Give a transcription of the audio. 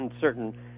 certain